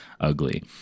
ugly